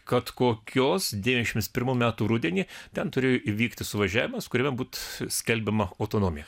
kad kokios devyniasdešimt pirmų metų rudenį ten turėjo įvykti suvažiavimas kuriame būt skelbiama autonomija